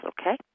okay